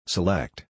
Select